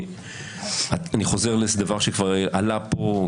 אני חוזר לדבר שכבר עלה פה,